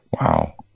Wow